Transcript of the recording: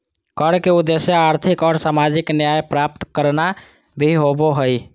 कर के उद्देश्य आर्थिक और सामाजिक न्याय प्राप्त करना भी होबो हइ